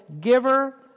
giver